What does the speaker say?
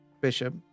Bishop